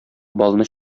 балны